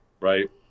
right